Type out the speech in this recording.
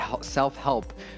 Self-help